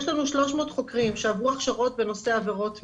יש לנו 300 חוקרים שעברו הכשרות בנושא עבירות מין,